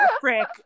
frick